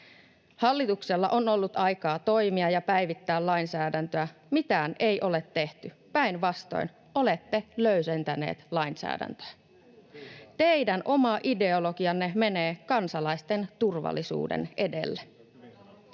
Hallituksella on ollut aikaa toimia ja päivittää lainsäädäntöä. Mitään ei ole tehty, päinvastoin: olette löysentäneet lainsäädäntöä. Teidän oma ideologianne menee kansalaisten turvallisuuden edelle.